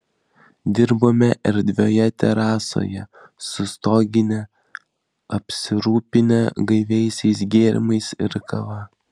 dirbome erdvioje terasoje su stogine apsirūpinę gaiviaisiais gėrimais ir kava